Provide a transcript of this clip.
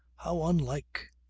how unlike!